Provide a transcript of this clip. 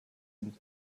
and